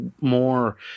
more